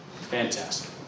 Fantastic